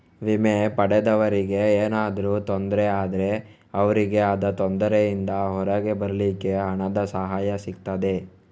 ವಿಮೆ ಪಡೆದವರಿಗೆ ಏನಾದ್ರೂ ತೊಂದ್ರೆ ಆದ್ರೆ ಅವ್ರಿಗೆ ಆದ ತೊಂದ್ರೆಯಿಂದ ಹೊರಗೆ ಬರ್ಲಿಕ್ಕೆ ಹಣದ ಸಹಾಯ ಸಿಗ್ತದೆ